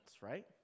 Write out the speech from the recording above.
right